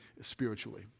spiritually